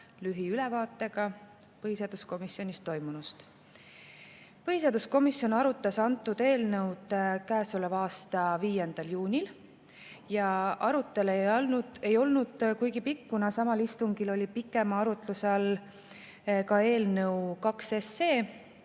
lühiülevaatega põhiseaduskomisjonis toimunust. Põhiseaduskomisjon arutas eelnõu käesoleva aasta 5. juunil. Arutelu ei olnud kuigi pikk, kuna samal istungil oli pikema arutluse all ka eelnõu nr 2,